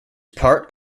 part